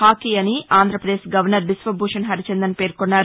hockey అని Andhra Pradesh governor Biswabhusan Harichandan పేర్కొన్నారు